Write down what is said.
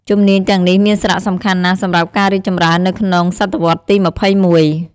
ជំនាញទាំងនេះមានសារៈសំខាន់ណាស់សម្រាប់ការរីកចម្រើននៅក្នុងសតវត្សទី ២១។